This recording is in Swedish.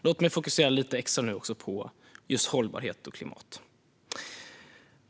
Låt mig fokusera lite extra på frågor om hållbarhet och klimat.